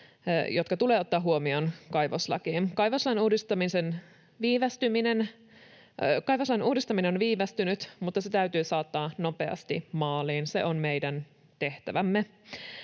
uudistettavaan kaivoslakiin. Kaivoslain uudistaminen on viivästynyt, mutta se täytyy saattaa nopeasti maaliin. Se on meidän tehtävämme.